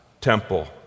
temple